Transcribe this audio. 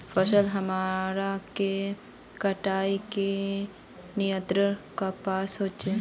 फसल हमार के कटाई का नियंत्रण कपास होचे?